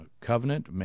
covenant